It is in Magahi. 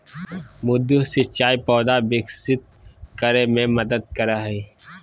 मृदु सिंचाई पौधा विकसित करय मे मदद करय हइ